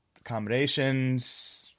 accommodations